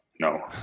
No